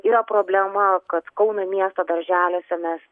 yra problema kad kauno miesto darželiuose mes